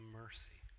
mercy